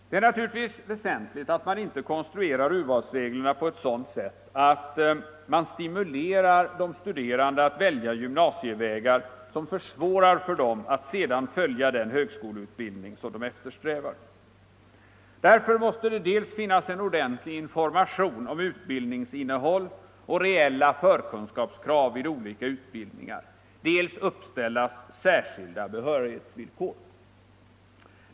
Det är naturligtvis väsentligt att man inte konstruerar urvalsreglerna på ett sådant sätt att man stimulerar de studerande att välja gymnasievägar som försvårar för dem att sedan följa den högskoleutbildning som de eftersträvar. Därför måste det dels finnas en ordentlig information om utbildningsinnehåll och reella förkunskapskrav vid olika utbildningar, dels uppställas särskilda behörighetsvillkor.